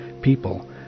people